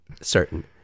Certain